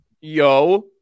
Yo